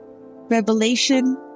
Revelation